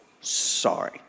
sorry